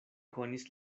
konis